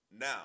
Now